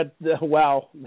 Wow